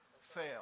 fail